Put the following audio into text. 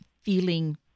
feeling